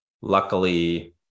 luckily